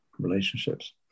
relationships